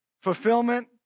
fulfillment